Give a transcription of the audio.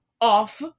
off